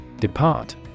Depart